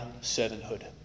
servanthood